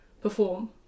perform